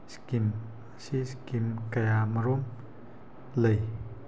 scheme ꯑꯁꯤ scheme ꯀꯌꯥꯃꯔꯨꯝ ꯂꯩ